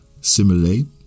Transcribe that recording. similarly